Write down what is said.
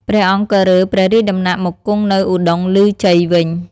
ព្រះអង្គក៏រើព្រះរាជដំណាក់មកគង់នៅឧត្តុង្គឮជ័យវិញ ។